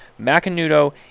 Macanudo